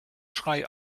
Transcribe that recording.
schrei